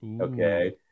Okay